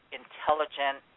intelligent